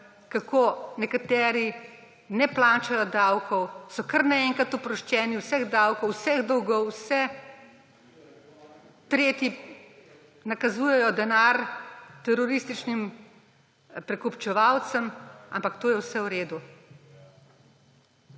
kako nekateri ne plačajo davkov, so kar naenkrat oproščeni vseh davkov, vseh dolgov, vse; tretji nakazujejo denar terorističnim prekupčevalcem, ampak to je vse v redu.